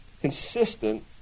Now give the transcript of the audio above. consistent